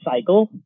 cycle